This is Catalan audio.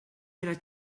era